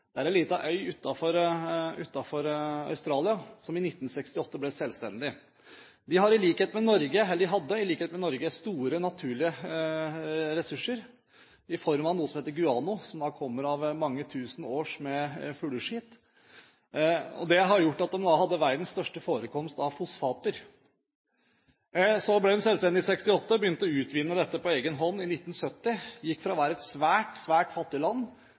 er en liten øy utenfor Australia som ble selvstendig i 1968. De har – eller hadde – i likhet med Norge store naturlige ressurser, i form av noe som heter guano, som kommer av mange tusen år med fugleskitt. Det har gjort at de hadde verdens største forekomst av fosfater. Så ble de selvstendige i 1968 og begynte å utvinne dette på egen hånd i 1970. De gikk fra å være et svært, svært fattig land